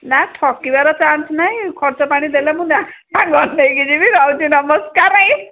ନା ଠକିବାର ଚାନ୍ସ ନାହିଁ ଖର୍ଚ୍ଚ ପାଣି ଦେଲେ ମୁଁ ନେଇକି ଯିବି ରହୁଛି ନମସ୍କାର ଭାଇ